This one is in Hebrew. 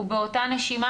ובאותה נשימה,